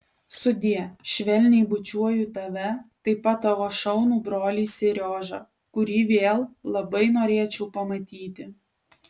sudie švelniai bučiuoju tave taip pat tavo šaunų brolį seriožą kurį vėl labai norėčiau pamatyti